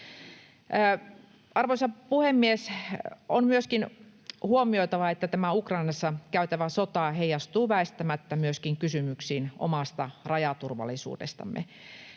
Arvoisa puhemies! On myöskin huomioitava, että tämä Ukrainassa käytävä sota heijastuu väistämättä myöskin kysymyksiin omasta rajaturvallisuudestamme.